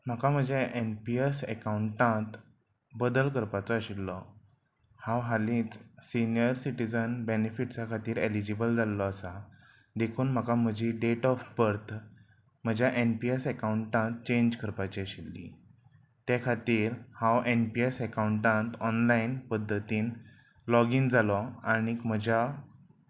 म्हाका म्हज्या N P S एकाउंटांत बदल करपाचो आशिल्लो हांव हालींच सिनियर सिटीजन बेनिफिट्सा खातीर एलिजीबल जाल्लो आसा देखून म्हाका म्हजी डेट ऑफ बर्थ म्हज्या एन पी एस एकउंटांत चेंज करपाची आशिल्ली त्या खातीर हांव एन पी एस एकउंटांत ऑनलायन पद्दतीन लॉगीन जालो आनीक म्हज्या